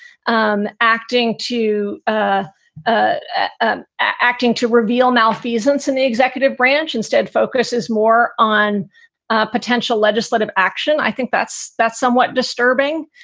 um acting to ah ah acting to reveal malfeasance in the executive branch instead focuses more on potential legislative action. i think that's that's somewhat disturbing.